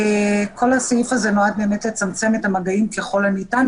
כל הסעיף הזה נועד לצמצם את המגעים ככל הניתן.